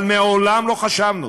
אבל מעולם לא חשבנו